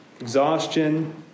exhaustion